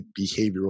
behavioral